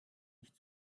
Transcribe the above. nicht